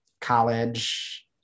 college